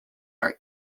are